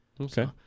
Okay